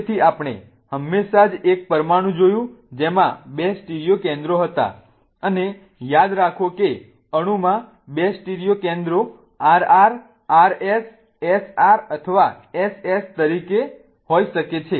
તેથી આપણે હમણાં જ એક પરમાણુ જોયું જેમાં 2 સ્ટીરિયો કેન્દ્રો હતા અને યાદ રાખો કે અણુમાં 2 સ્ટીરિયો કેન્દ્રો RR RS SR અથવા SS તરીકે હોઈ શકે છે